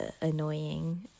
annoying